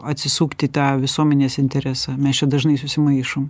atsisukt į tą visuomenės interesą mes čia dažnai susimaišom